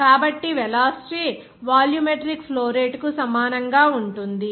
కాబట్టి velocity volumetric flow rate కు సమానంగా ఉంటుంది